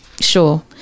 Sure